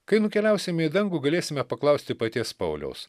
kai nukeliausime į dangų galėsime paklausti paties pauliaus